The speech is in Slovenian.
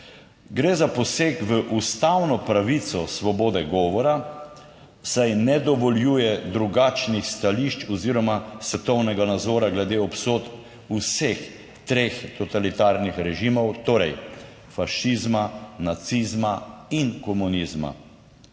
gre za poseg v ustavno pravico svobode govora, saj ne dovoljuje drugačnih stališč oziroma svetovnega nazora glede obsodb vseh treh totalitarnih režimov, torej fašizma, nacizma in komunizma.